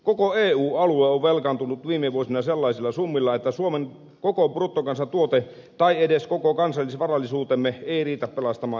koko eu alue on velkaantunut viime vuosina sellaisilla summilla että suomen koko bruttokansantuote tai edes koko kansallisvarallisuutemme ei riitä pelastamaan euroopan alueen taloutta